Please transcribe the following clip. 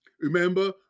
Remember